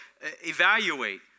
evaluate